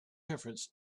difference